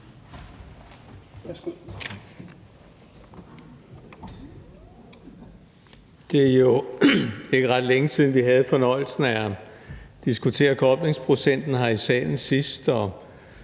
Det er jo ikke ret længe siden, vi sidst havde fornøjelsen af at diskutere koblingsprocenten her i salen, og som